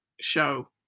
show